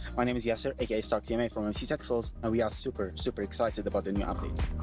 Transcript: my name is yasser aka starktma from mctexels and we are super, super excited about the new outfits.